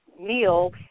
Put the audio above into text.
meal